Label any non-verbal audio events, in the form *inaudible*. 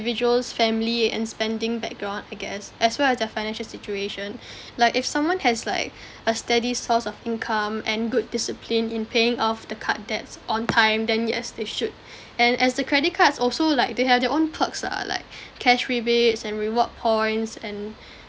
family and spending background I guess as well as their financial situation *breath* like if someone has like *breath* a steady source of income and good discipline in paying off the card debts on time then yes they should and as the credit cards also like they have their own perks lah like cash rebates and rewards points and